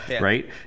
Right